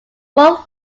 both